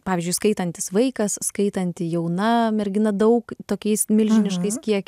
pavyzdžiui skaitantis vaikas skaitanti jauna mergina daug tokiais milžiniškais kiekiais